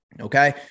Okay